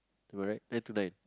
am I right nine to nine